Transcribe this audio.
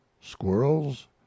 squirrels